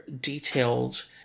detailed